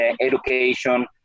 education